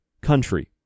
country